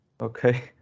Okay